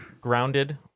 Grounded